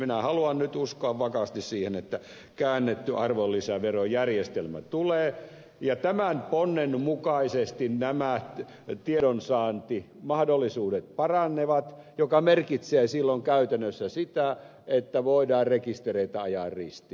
minä haluan nyt uskoa vakaasti siihen että käännetty arvonlisäverojärjestelmä tulee ja tämän ponnen mukaisesti nämä tiedonsaantimahdollisuudet parannevat mikä merkitsee silloin käytännössä sitä että voidaan rekistereitä ajaa ristiin